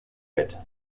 bett